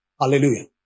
Hallelujah